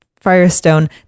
Firestone